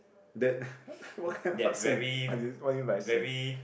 that what what sand what do what do you mean by sand